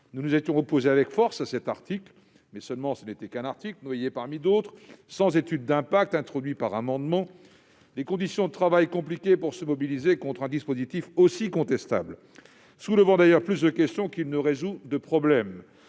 Nous nous étions opposés avec force à cette disposition, mais ce n'était qu'un article noyé parmi d'autres, sans étude d'impact, introduit par amendement ; les conditions de travail, complexes, n'avaient pas permis de se mobiliser contre un dispositif aussi contestable, soulevant d'ailleurs plus de questions qu'il ne résout de problèmes,